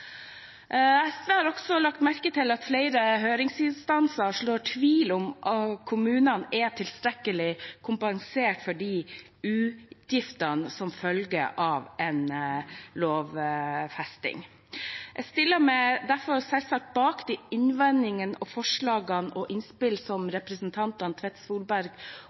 har også lagt merke til at flere høringsinstanser sår tvil om kommunene er tilstrekkelig kompensert for de utgiftene som følger av en lovfesting. Jeg stiller meg derfor selvsagt bak innvendingene, forslagene og innspillene som representantene Tvedt Solberg